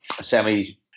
semi